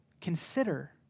Consider